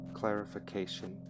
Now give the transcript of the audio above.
clarification